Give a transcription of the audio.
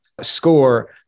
score